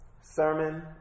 sermon